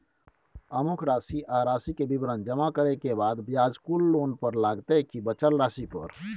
अमुक राशि आ राशि के विवरण जमा करै के बाद ब्याज कुल लोन पर लगतै की बचल राशि पर?